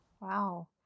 Wow